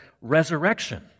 resurrection